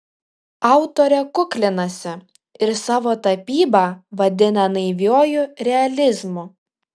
autorė kuklinasi ir savo tapybą vadina naiviuoju realizmu